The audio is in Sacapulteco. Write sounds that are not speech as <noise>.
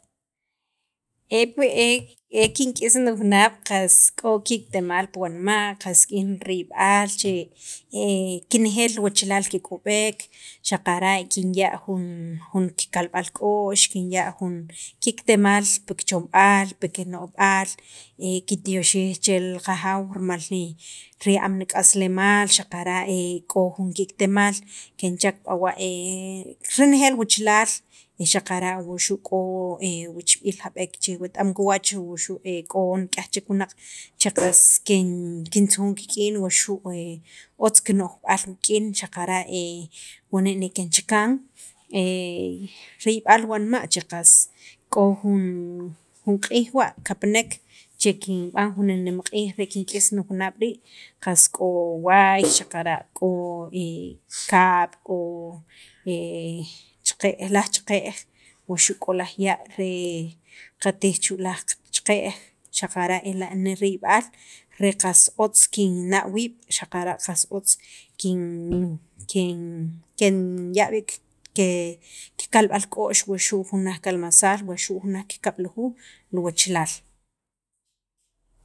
<hesitation> pe e kink'is nijunaab' qas k'o ki'kitemaal pi wanma' qas niriyb'al che <noise> kenejeel li wachalaal kek'ob'ek xaqara' kinya' jun jun kikalb'al k'o'x kinya' jun ki'kitemaal pi kichomb'al, pi kino'jb'aal <hesitation> kintyoxij che li qajaaw rimal riya'am nik'aslemaal xaqara' <hesitation> k'o jun ki'kitemaal, kenchak b'awa' <noise> renejeel wachalaal xaqara' wuxu' k'o <hesitation> wichb'iil jab'ek che wet- am kiwach wuxu' k'o <hesitation> nik'yaj chek wunaq che <noise> qas kintzujun kik'in <noise> otz kino'jb'aal wuk'in xaqara' <noise> wani' ne kinchakan riyb'al wanma' che qas k'o jun q'iij wa' kapanek che kinb'an jun ninemq'iij re kink'is nijunaab' rii' qas k'o waay <noise> xaqara' k'o kaab', k'o <hesitation> cheqe'j, laj cheqe'j, wuxu' k'o laj ya' re qatij chu' laj qacheqe'j xaqara' ela' niriyb'al re qas otz kinna' wii' xaqara' qas otz kin kin kenya' b'iik ke kalb'al k'o'x wuxu' jun kalmasaal, wuxu' jun laj kikab'lujuuj li wachalaal,